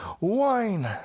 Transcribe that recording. Wine